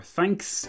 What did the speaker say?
Thanks